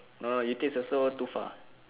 no you taste also too far